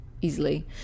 easily